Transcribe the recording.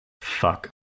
Fuck